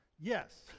yes